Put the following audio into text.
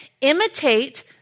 imitate